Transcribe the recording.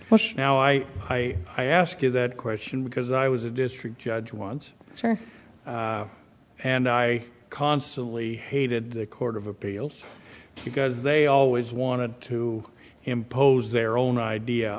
now i i i ask you that question because i was a district judge once her and i constantly hated the court of appeals because they always wanted to impose their own idea